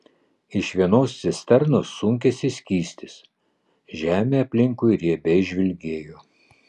iš vienos cisternos sunkėsi skystis žemė aplinkui riebiai žvilgėjo